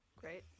Great